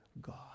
God